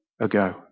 ago